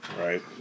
Right